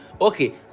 okay